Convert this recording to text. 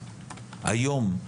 היום,